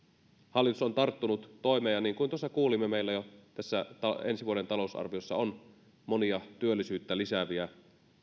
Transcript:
hallitus on tarttunut toimeen ja niin kuin tuossa kuulimme meillä jo tässä ensi vuoden talousarviossa on monia työllisyyttä lisääviä